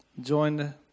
joined